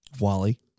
Wally